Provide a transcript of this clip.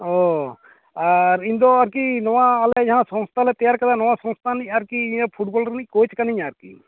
ᱚᱻ ᱟᱨ ᱤᱧ ᱫᱚ ᱟᱨᱠᱤ ᱱᱚᱣᱟ ᱟᱞᱮ ᱡᱟᱦᱟᱸ ᱥᱚᱥᱛᱷᱟ ᱞᱮ ᱛᱮᱭᱟᱨ ᱟᱠᱟᱫᱟ ᱱᱚᱣᱟ ᱥᱚᱥᱛᱷᱟ ᱨᱮᱱᱤᱡ ᱟᱨᱠᱤ ᱤᱭᱟᱹ ᱯᱷᱩᱴᱵᱚᱞ ᱨᱮᱱᱤᱡ ᱠᱳᱡ ᱠᱟᱹᱱᱟᱹᱧ ᱟᱨᱠᱤ